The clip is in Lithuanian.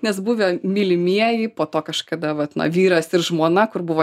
nes buvę mylimieji po to kažkada vat vyras ir žmona kur buvo